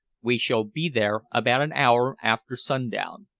we shall be there about an hour after sundown.